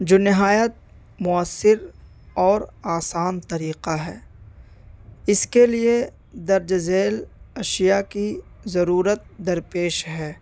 جو نہایت مؤثر اور آسان طریقہ ہے اس کے لیے درج ذیل اشیاء کی ضرورت درپیش ہے